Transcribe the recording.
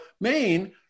Maine